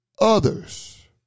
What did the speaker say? others